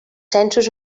censos